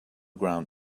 ground